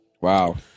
Wow